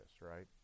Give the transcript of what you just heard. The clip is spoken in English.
right